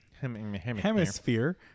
hemisphere